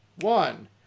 one